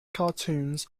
cartoons